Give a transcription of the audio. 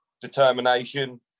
Determination